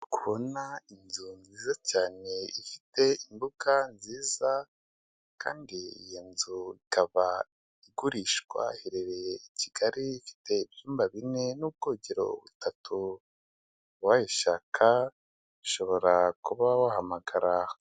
Ndikubona inzu nziza cyane ifite imbuga nziza kandi iyi nzu ikaba igurishwa iherereye i Kigali, ifite ibyumba bine n'ubwogero butatu, uwayishaka ushobora kuba wabahamagara.